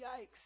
Yikes